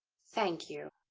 thank you.